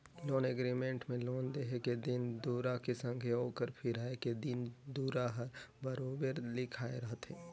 loan agreement में loan देहे के दिन दुरा के संघे ओकर फिराए के दिन दुरा हर बरोबेर लिखाए रहथे